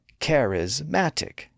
Charismatic